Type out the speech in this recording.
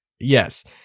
yes